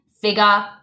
figure